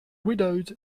widowed